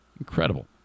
Incredible